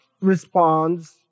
responds